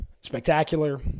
spectacular